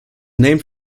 named